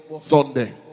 Sunday